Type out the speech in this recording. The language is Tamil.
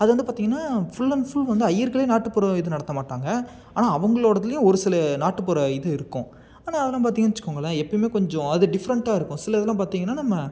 அது வந்து பார்த்திங்கனா ஃபுல் அண்ட் ஃபுல் வந்து ஐயருங்களே நாட்டுப்புற இது நடத்தமாட்டாங்க ஆனால் அவங்களோடதுலேயும் ஒரு சில நாட்டுபுற இது இருக்கும் ஆனால் அதெல்லாம் பார்த்திங்க வச்சுங்கோங்களேன் எப்பியுமே கொஞ்சம் அது டிஃப்ரன்ட்டாக இருக்கும் சில இதெல்லாம் பார்த்திங்கனா நம்ம